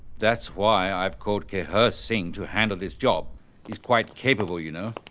that's why i have called kehar singh to handle this job. he is quite capable, you know.